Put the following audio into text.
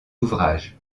ouvrages